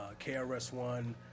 KRS-One